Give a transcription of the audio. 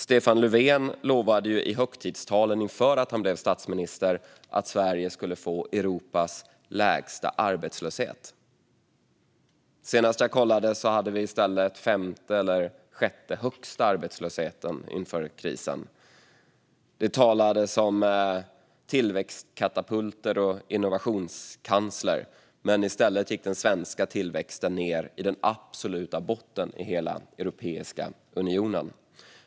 Stefan Löfven lovade i högtidstalen inför att han blev statsminister att Sverige skulle få Europas lägsta arbetslöshet. Men senast jag kollade hade vi den femte eller sjätte högsta arbetslösheten, inför krisen. Det talades om tillväxtkatapulter och innovationskanslerer, men i stället gick den svenska tillväxten ned i den absoluta botten i Europeiska unionen.